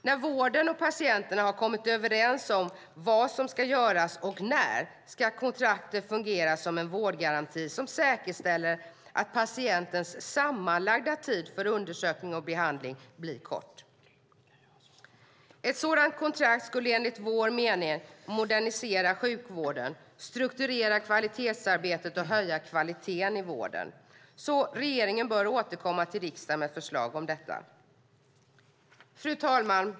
När vården och patienten har kommit överens om vad som ska göras och när, ska kontraktet fungera som en vårdgaranti som säkerställer att patientens sammanlagda tid för undersökning och behandling blir kort. Ett sådant kontrakt skulle enligt vår mening modernisera sjukvården, strukturera kvalitetsarbetet och höja kvaliteten i vården. Regeringen bör återkomma till riksdagen med ett förslag om detta. Fru talman!